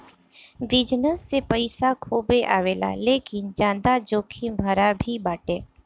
business से पईसा खूबे आवेला लेकिन ज्यादा जोखिम भरा भी बाटे